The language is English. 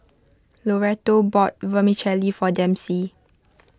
Loretto bought Vermicelli for Dempsey